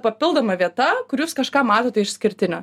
papildoma vieta kur jūs kažką matote išskirtinio